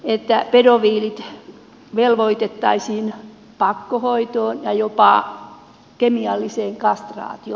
velvoitettaisiin pakkohoitoon ja jopa kemialliseen kastraatioon